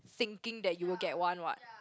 thinking that you will get one what